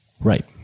Right